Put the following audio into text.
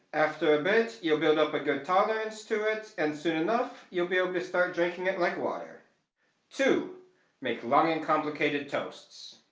after a bit you'll build up a good tolerance to it and soon enough you'll be able to start drinking it like water. two to make long and complicated toasts.